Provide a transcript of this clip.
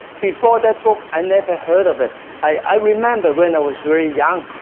before that book i never heard of it i i remember when i was very young